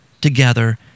together